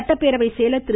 சட்டப்பேரவை செயலர் திரு